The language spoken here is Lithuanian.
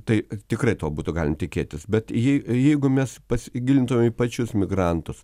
tai tikrai to būtų galima tikėtis bet jei o jeigu mes pasigilintume į pačius migrantus